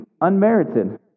unmerited